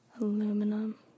Aluminum